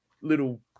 Little